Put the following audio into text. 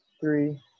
three